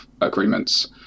agreements